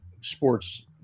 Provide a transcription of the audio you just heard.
sports